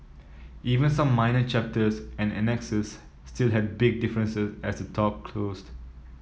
even some minor chapters and annexes still had big differences as the talk closed